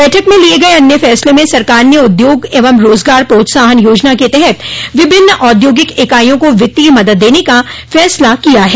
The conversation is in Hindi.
बैठक में लिये गये अन्य फैसले में सरकार ने उद्योग एवं रोजगार प्रोत्साहन योजना के तहत विभिन्न औद्योगिक इकाइयों को वित्तीय मदद देने का फैसला किया है